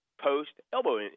post-elbow